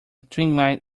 twiglet